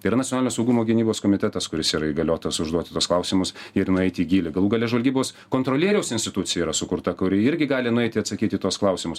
tai yra nacionalinio saugumo gynybos komitetas kuris yra įgaliotas užduoti tuos klausimus ir nueiti į gylį galų gale žvalgybos kontrolieriaus institucija yra sukurta kuri irgi gali nueiti atsakyti į tuos klausimus